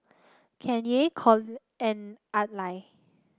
Kanye Cole and Adlai